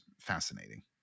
fascinating